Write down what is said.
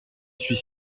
suis